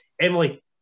Emily